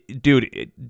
dude